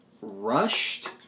rushed